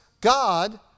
God